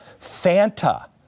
Fanta